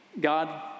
God